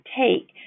take